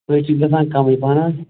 سُے چھُ گژھان کَمٕے پَہمتھ